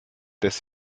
des